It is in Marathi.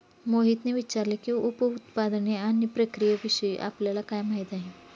मोहितने विचारले की, उप उत्पादने आणि प्रक्रियाविषयी आपल्याला काय माहिती आहे?